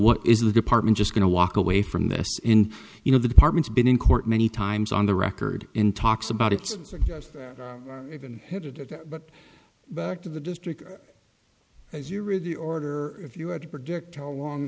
what is the department just going to walk away from this you know the department's been in court many times on the record in talks about it's been headed but back to the district as you read the order if you had to predict how long